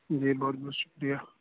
جی بہت بہت شکریہ